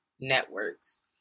networks